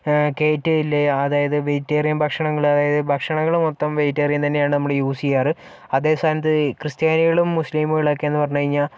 അതായത് വെജിറ്റേറിയൻ ഭക്ഷണങ്ങളായ ഭക്ഷണങ്ങള് മൊത്തം വെജിറ്റേറിയൻ തന്നെയാണ് നമ്മള് യൂസ് ചെയ്യാറ് അതെ സ്ഥാനത്ത് ഈ ക്രിസ്ത്യാനികളും മുസ്ലീമുകളൊക്കേന്ന് പറഞ്ഞു കഴിഞ്ഞാൽ